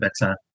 better